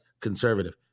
conservative